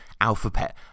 alphabet